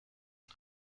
den